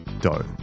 dough